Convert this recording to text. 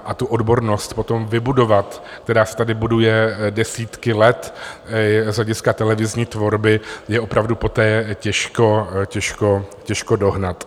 A tu odbornost, o tom vybudovat, která se tady buduje desítky let z hlediska televizní tvorby, je opravdu poté těžko, těžko, těžko dohnat.